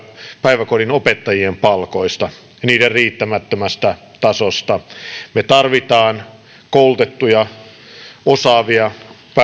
päiväkodin opettajien palkoista niiden riittämättömästä tasosta me tarvitsemme koulutettuja osaavia